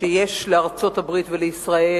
שיש לארצות-הברית ולישראל,